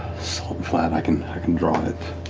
salt flat. i can i can draw it.